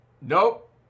Nope